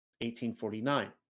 1849